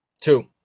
two